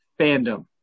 fandom